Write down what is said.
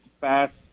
fast